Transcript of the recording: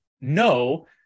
No